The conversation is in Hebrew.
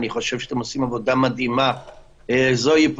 אני חושב שאתם עושים עבודה מדהימה.